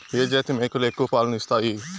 ఏ జాతి మేకలు ఎక్కువ పాలను ఇస్తాయి?